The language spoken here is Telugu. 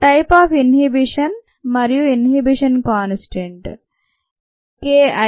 టైపు అఫ్ ఇన్హిబిషన్ మరియు ఇన్హిబిషన్ కాన్స్టాంట్ k I